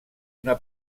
una